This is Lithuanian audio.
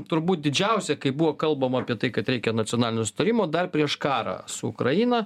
turbūt didžiausia kai buvo kalbama apie tai kad reikia nacionalinio sutarimo dar prieš karą su ukraina